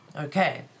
okay